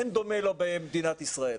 אין דומה לו במדינת ישראל.